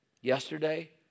Yesterday